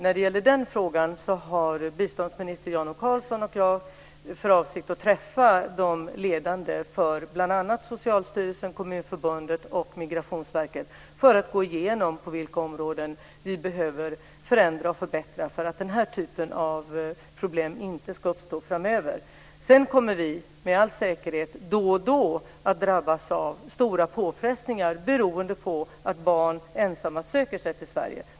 I den frågan har biståndsminister Jan O Karlsson och jag för avsikt att träffa de ledande för bl.a. Socialstyrelsen, Kommunförbundet och Migrationsverket för att gå igenom på vilka områden vi behöver förändra och förbättra för att den här typen av problem inte ska uppstå framöver. Med all säkerhet kommer vi att då och då drabbas av stora påfrestningar beroende på att barn ensamma söker sig till Sverige.